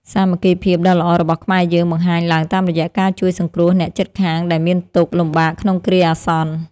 សាមគ្គីភាពដ៏ល្អរបស់ខ្មែរយើងបង្ហាញឡើងតាមរយៈការជួយសង្គ្រោះអ្នកជិតខាងដែលមានទុក្ខលំបាកក្នុងគ្រាអាសន្ន។